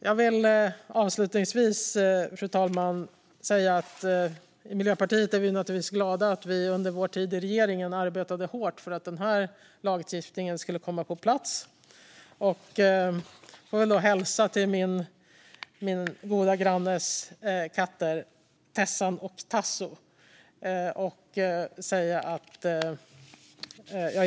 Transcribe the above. Jag vill avslutningsvis säga att vi i Miljöpartiet naturligtvis är glada att vi under vår tid i regeringen arbetade hårt för att lagstiftningen skulle komma på plats. Jag vill hälsa till min goda grannes katter Tessan och Tasso. Jag yrkar bifall till utskottets förslag.